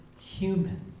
human